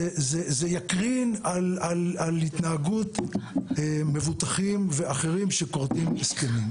יקרין על התנהגות מבוטחים ואחרים שכורתים הסכמים.